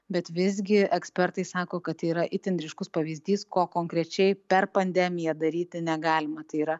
bet visgi ekspertai sako kad tai yra itin ryškus pavyzdys ko konkrečiai per pandemiją daryti negalima tai yra